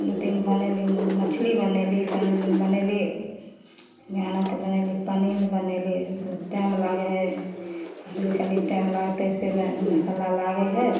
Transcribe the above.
कोनो दिन बनेली मछली बनेली कोनो दिन बनेली पनीर बनेली ओहिमे टाइम लागै हइ कनि टाइम लागतै से ने मसल्ला लागै हइ